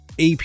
AP